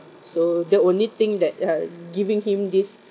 so the only thing that uh giving him this